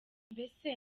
mbese